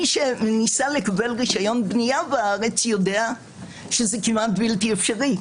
מי שניסה לקבל רישיון בנייה בארץ יודע שזה כמעט בלתי אפשרי.